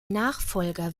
nachfolger